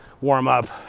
warm-up